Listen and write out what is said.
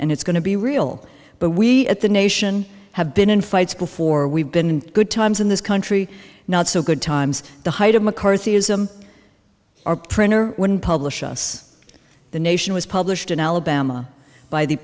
and it's going to be real but we at the nation have been in fights before we've been in good times in this country not so good times the height of mccarthyism our printer wouldn't publish us the nation was published in alabama by the